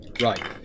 Right